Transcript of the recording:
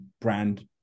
brand